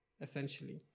essentially